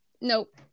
nope